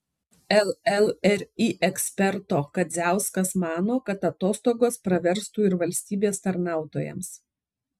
llri eksperto kadziauskas mano kad atostogos praverstų ir valstybės tarnautojams